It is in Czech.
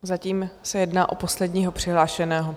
Zatím se jedná o posledního přihlášeného.